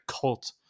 cult